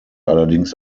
allerdings